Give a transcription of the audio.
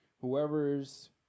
Whoever's